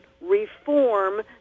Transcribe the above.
reform